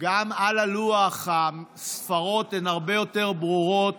גם על הלוח הספרות הן הרבה יותר ברורות,